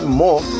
more